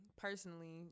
personally